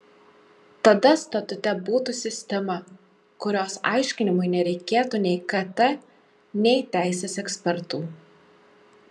tada statute būtų sistema kurios aiškinimui nereikėtų nei kt nei teisės ekspertų